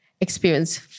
experience